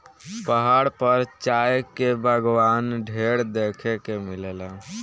पहाड़ पर चाय के बगावान ढेर देखे के मिलेला